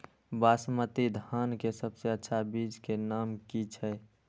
बासमती धान के सबसे अच्छा बीज के नाम की छे?